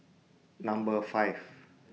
Number five